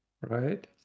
right